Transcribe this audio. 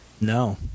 No